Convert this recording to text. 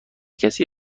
کسی